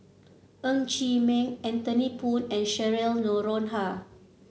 Ng Chee Meng Anthony Poon and Cheryl Noronha